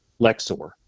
Lexor